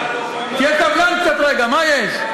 אתה מציין, תהיה סבלן קצת רגע, מה יש?